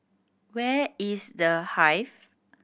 where is The Hive